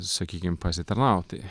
sakykim pasitarnauti